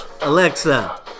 Alexa